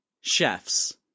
Chefs